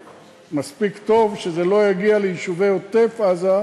מספיק טוב וזה לא יגיע ליישובי עוטף-עזה,